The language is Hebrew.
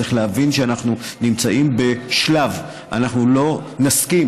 צריך להבין שאנחנו נמצאים בשלב שלא נסכים